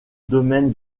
domaine